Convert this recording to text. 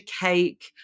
cake